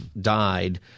died